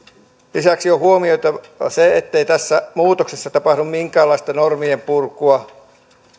lisäksi on huomioitava se ettei tässä muutoksessa tapahdu minkäänlaista normienpurkua